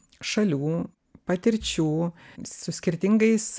šalių patirčių su skirtingais